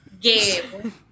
game